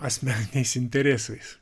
asmeniniais interesais